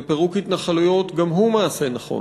ופירוק התנחלויות גם הוא מעשה נכון.